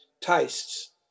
tastes